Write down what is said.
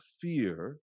fear